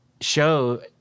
show